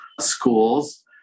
schools